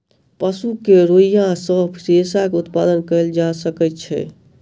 पशु के रोईँयाँ सॅ रेशा के उत्पादन कयल जा सकै छै